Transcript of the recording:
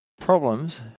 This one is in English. problems